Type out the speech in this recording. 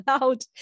loud